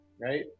right